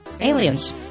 Aliens